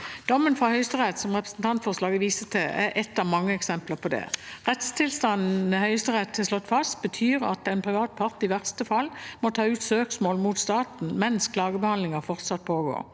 Dommen fra Høyesterett som representantforslaget viser til, er et av mange eksempler på det. Rettstilstanden Høyesterett har slått fast, betyr at en privat part i verste fall må ta ut søksmål mot staten mens klagebehandlingen fortsatt pågår,